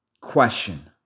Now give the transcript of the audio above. question